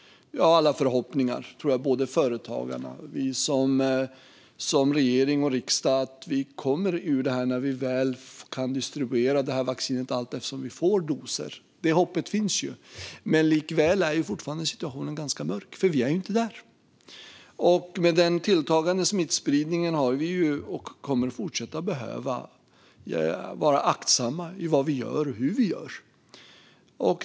Vi har alla förhoppningar, tror jag, både företagarna och vi i regering och riksdag att vi kommer ur det här när vi väl kan distribuera vacciner allteftersom vi får doser. Det hoppet finns, men likväl är situationen fortfarande ganska mörk, för vi är inte där än. Med den tilltagande smittspridningen har vi behövt och kommer vi att fortsätta behöva vara aktsamma i vad vi gör och hur vi gör.